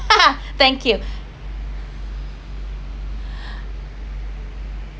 thank you